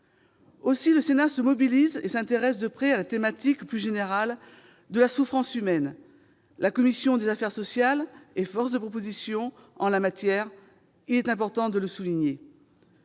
Aussi, le Sénat se mobilise et s'intéresse de près à la thématique, plus générale, de la souffrance humaine. La commission des affaires sociales est force de proposition en la matière. Il est important de le souligner.